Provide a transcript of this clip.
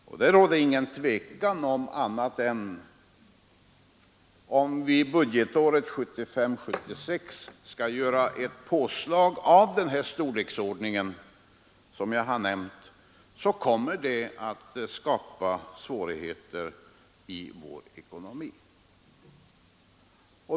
Det råder inget tvivel om att ifall vi budgetåret 1975/76 skall göra ett påslag av den storleksordning som jag nämnt kommer svårigheter att skapas i vår ekonomi.